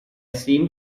seem